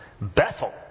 Bethel